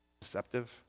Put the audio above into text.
deceptive